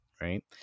right